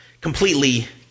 Completely